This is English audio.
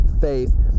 faith